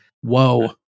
Whoa